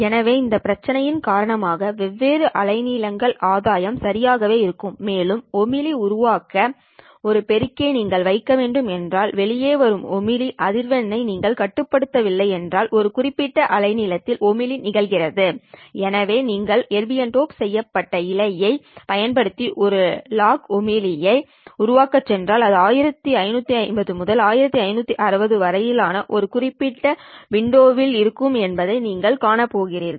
எனவே இந்த பிரச்சனையின் காரணமாக வெவ்வேறு அலை நீளங்கள் ஆதாயம் சரியாகவே இருக்கும் மேலும் ஒளிமி உருவாக்க இந்த பெருக்கியை நீங்கள் வைக்க வேண்டும் என்றால் வெளியே வரும் ஒளிமி அதிர்வெண் நீங்கள் கட்டுப்படுத்தவில்லை என்றால் இந்த குறிப்பிட்ட அலைநீளம் ஒளிமி நிகழ்கிறது எனவே நீங்கள் ஒரு எர்பியம் டோப்ட் இழை ஐ பயன்படுத்தி ஒரு லாக் ஒளிமி ஐ உருவாக்கச் சென்றால் அது 1550 முதல் 1560 வரை ஆன இந்த குறிப்பிட்ட விண்டோவில் இருக்கும் என்பதை நீங்கள் காணப் போகிறீர்கள்